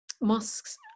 mosques